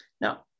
Now